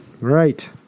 right